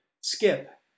Skip